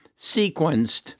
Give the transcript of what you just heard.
sequenced